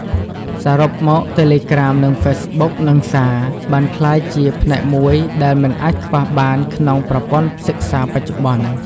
សរុបមក តេឡេក្រាម និងហ្វេសបុក និងសារ បានក្លាយជាផ្នែកមួយដែលមិនអាចខ្វះបានក្នុងប្រព័ន្ធសិក្សាបច្ចុប្បន្ន។